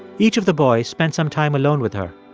each of the boys spent some time alone with her,